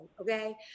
okay